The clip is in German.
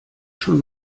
schon